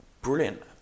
Brilliant